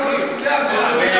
פנים.